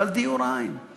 אבל דיור, אַין.